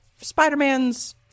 Spider-Man's